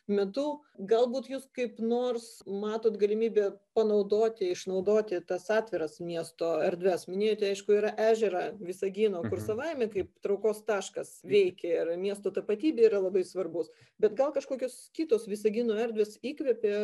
metu galbūt jūs kaip nors matot galimybę panaudoti išnaudoti tas atviras miesto erdves minėjot aišku ir ežerą visagino kur savaime kaip traukos taškas veikia ir miesto tapatybei yra labai svarbus bet gal kažkokios kitos visagino erdvės įkvepia